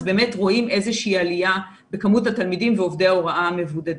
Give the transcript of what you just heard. אז באמת רואים איזה שהיא עלייה בכמות התלמידים ועובדי ההוראה המבודדים.